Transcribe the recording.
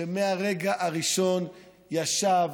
שמהרגע הראשון ישב,